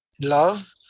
Love